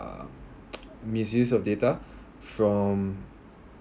um misuse of data from